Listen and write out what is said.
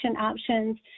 options